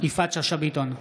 יפעת שאשא ביטון,